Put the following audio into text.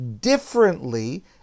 differently